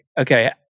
Okay